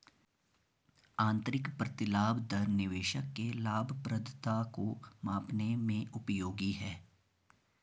आंतरिक प्रतिलाभ दर निवेशक के लाभप्रदता को मापने में उपयोगी है